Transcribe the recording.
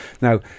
now